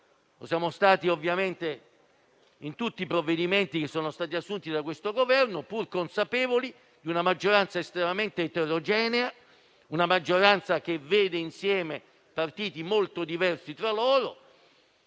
siamo stati in tutti i provvedimenti che sono stati assunti da questo Governo, pur consapevoli di una maggioranza estremamente eterogenea che vede insieme partiti molto diversi tra loro.